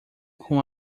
com